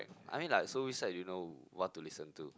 I mean like so which side do you know what to listen to